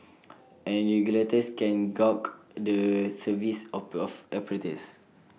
and regulators can gauge the service of operators